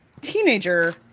teenager